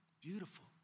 beautiful